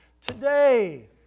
today